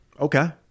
Okay